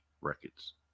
records